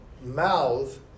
mouth